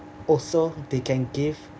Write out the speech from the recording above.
also they can give